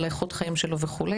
על איכות החיים שלו וכו',